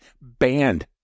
banned